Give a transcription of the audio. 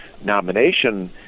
nomination